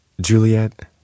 Juliet